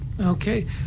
okay